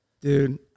Dude